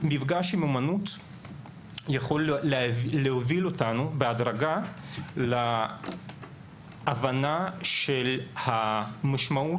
מפגש עם אומנות יכול להוביל אותנו בהדרגה להבנה של המשמעות